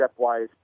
stepwise